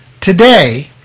today